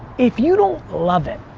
if you don't love it,